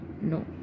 No